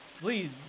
please